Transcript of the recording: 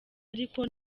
ariko